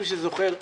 מי שזוכר.